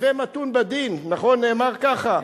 הווה מתון בדין, נכון נאמר ככה?